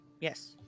Yes